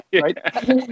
Right